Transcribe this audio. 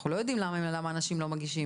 אנחנו לא יודעים למה אנשים לא מגישים.